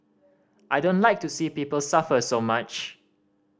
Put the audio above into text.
I don't like to see people suffer so much